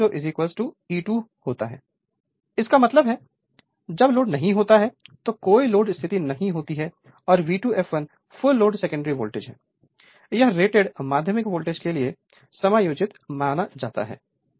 Refer Slide Time 2504 इसका मतलब है जब लोड नहीं होता है तो कोई लोड स्थिति नहीं होती है और V2 fl full load secondary voltage है यह रेटेड माध्यमिक वोल्टेज के लिए समायोजित माना जाता है